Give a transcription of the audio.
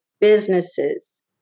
businesses